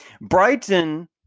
Brighton